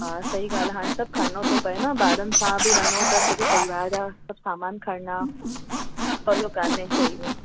हा सही ॻाल्हि आहे हाणे सभु खणणो थो पए ॿारनि सां बि वञु सॼो परिवार जा सभु सामान खणणा सवलो कान्हे सही में